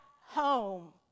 home